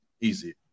Easy